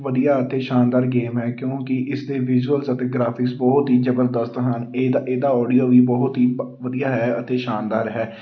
ਵਧੀਆ ਅਤੇ ਸ਼ਾਨਦਾਰ ਗੇਮ ਹੈ ਕਿਉਂਕਿ ਇਸ ਦੇ ਵਿਜ਼ੂਅਲਜ਼ ਅਤੇ ਗਰਾਫਿਕਸ ਬਹੁਤ ਹੀ ਜ਼ਬਰਦਸਤ ਹਨ ਇਹਦਾ ਇਹਦਾ ਆਡੀਓ ਵੀ ਬਹੁਤ ਹੀ ਬ ਵਧੀਆ ਹੈ ਅਤੇ ਸ਼ਾਨਦਾਰ ਹੈ